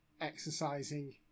exercising